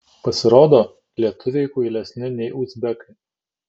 pasirodo lietuviai kvailesni nei uzbekai